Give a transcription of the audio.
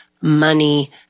money